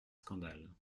scandales